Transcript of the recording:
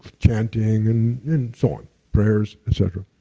chanting, and so on. prayers, etc.